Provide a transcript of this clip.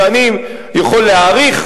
ואני יכול להעריך,